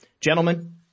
Gentlemen